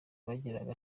yagiraga